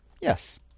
Yes